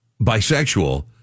bisexual